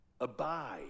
abide